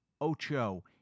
Ocho